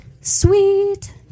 sweet